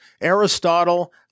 Aristotle